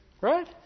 Right